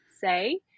say